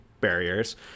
barriers